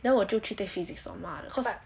then 我就去 take physics 我骂人